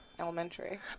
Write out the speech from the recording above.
elementary